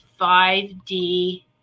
5D